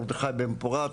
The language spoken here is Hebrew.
מרדכי בן פורת,